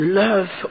love